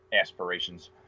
aspirations